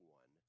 one